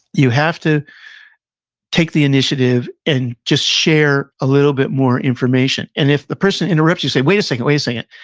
you have to take the initiative and just share a little bit more information. and if the person interrupts you, you say, wait a second, wait a second,